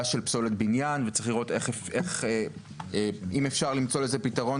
של פסולת בניין וצריך לראות אם אפשר למצוא לזה פתרון,